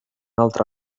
altre